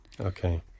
Okay